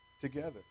together